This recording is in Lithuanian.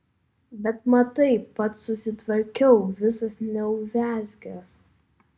bet matai pats susitvarkiau visas neuviazkes